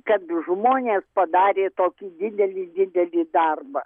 kad žmonės padarė tokį didelį didelį darbą